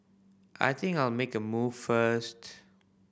I think I'll make a move first